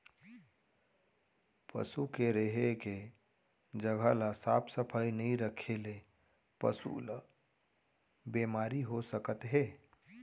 पसू के रेहे के जघा ल साफ सफई नइ रखे ले पसु ल बेमारी हो सकत हे